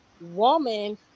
woman